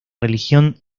religión